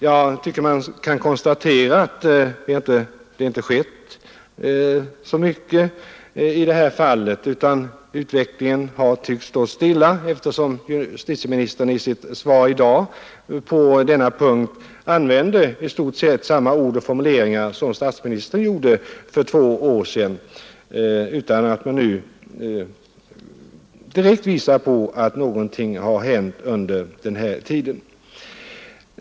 Jag kan nu konstatera att det inte har skett så mycket i det här fallet, utan utvecklingen tycks ha stått stilla, eftersom att nedbringa brottsligheten justitieministern i sitt svar i dag på denna punkt använder i stort sett samma ord och formuleringar som statsministern gjorde för två år sedan. Justitieministern kan inte visa på att någonting har hänt under den här tiden.